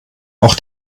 auch